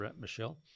Michelle